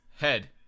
head